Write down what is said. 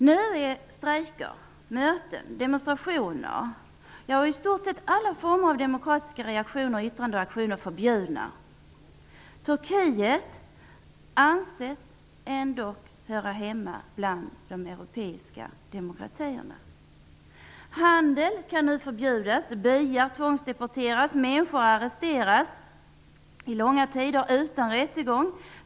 Nu är strejker, möten, demonstrationer och i stort sett alla former av demokratiska reaktioner, yttranden och aktioner förbjudna. Turkiet anses ändå höra hemma bland de europeiska demokratierna. Handel kan nu förbjudas, byar tvångsdeporteras och människor arresteras i långa tider utan rättegång.